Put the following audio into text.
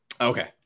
Okay